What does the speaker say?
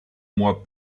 moi